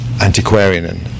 antiquarian